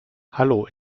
hallo